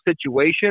situation